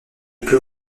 plus